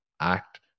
act